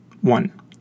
One